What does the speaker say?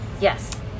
Yes